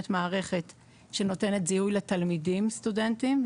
מערכת שנותנת זיהוי לתלמידים סטודנטים,